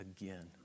again